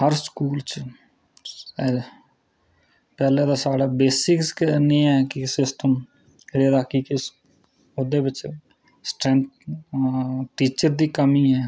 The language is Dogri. हर स्कूल च पैह्लैं ते साढ़ा बेसिकस गै नीं ऐ सिस्टम फिर अग्गै किश टीचर दी कमी ऐ